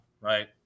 right